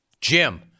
Jim